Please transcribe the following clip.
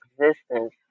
existence